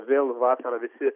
vėl vasarą visi